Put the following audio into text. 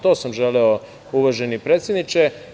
To sam želeo, uvaženi predsedniče.